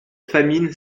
famine